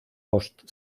post